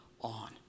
on